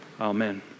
Amen